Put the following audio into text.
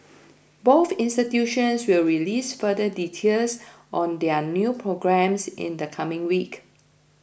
both institutions will release further details on their new programmes in the coming week